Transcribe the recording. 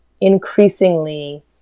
increasingly